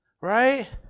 Right